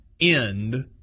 end